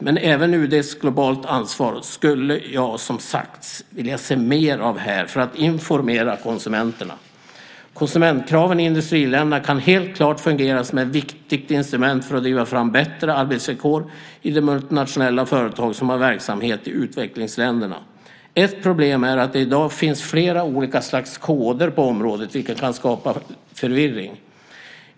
Men även UD:s Globalt ansvar skulle jag, som sagt, vilja se mer av när det gäller att informera konsumenterna. Konsumentkraven i industriländerna kan helt klart fungera som ett viktigt instrument för att driva fram bättre arbetsvillkor i de multinationella företag som har verksamhet i utvecklingsländerna. Ett problem är att det i dag finns flera olika slags koder på området, vilket kan skapa förvirring.